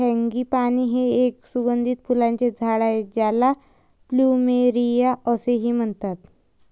frangipani हे एक सुगंधी फुलांचे झाड आहे ज्याला प्लुमेरिया असेही म्हणतात